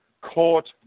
court